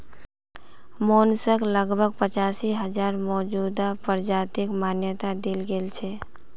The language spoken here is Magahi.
मोलस्क लगभग पचासी हजार मौजूदा प्रजातिक मान्यता दील गेल छेक